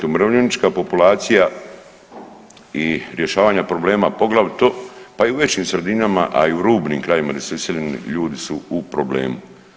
Umirovljenička populacija i rješavanje problema poglavito pa i u većim sredinama, a i u rubnim krajevima gdje su iseljeni ljudi su u problemu.